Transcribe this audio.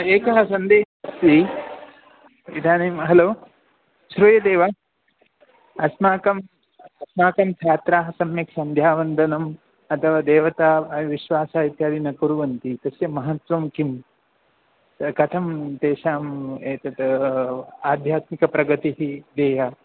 एकः सन्देहः अस्ति इदानीं हलो श्रूयते वा अस्माकम् अस्माकं छात्राः सम्यक् सन्ध्यावन्दनम् अथवा देवतायां विश्वासः इत्यादि न कुर्वन्ति तस्य महत्वं किं कथं तेषाम् एतत् आध्यात्मिकप्रगतिः देया